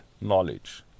knowledge